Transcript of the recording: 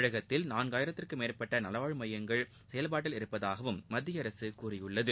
தமிழகத்தில் நான்காயிரத்திற்கும் மேற்பட்ட நலவாழ்வு மையங்கள் செயல்பாட்டில் உள்ளதாகவும் மத்திய அரசு கூறியுள்ளது